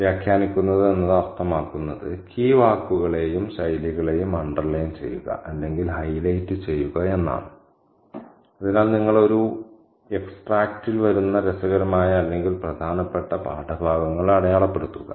വ്യാഖ്യാനിക്കുന്നത് അർത്ഥമാക്കുന്നത് കീ വാക്കുകളെയും ശൈലികളെയും അണ്ടർലൈൻ ചെയ്യുക അല്ലെങ്കിൽ ഹൈലൈറ്റ് ചെയ്യുക എന്നാണ് അതിനാൽ നിങ്ങൾ ഒരു എക്സ്ട്രാക്റ്റിൽ വരുന്ന രസകരമായ അല്ലെങ്കിൽ പ്രധാനപ്പെട്ട പാഠഭാഗങ്ങൾ അടയാളപ്പെടുത്തുക